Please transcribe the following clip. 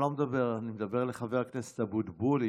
אני מדבר אל חבר הכנסת אבוטבול.